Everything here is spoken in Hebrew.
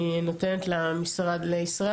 אני נותנת למשרד לבט"פ,